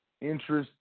Interest